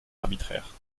arbitraire